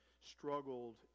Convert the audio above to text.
struggled